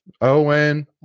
owen